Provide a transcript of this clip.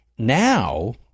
Now